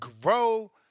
grow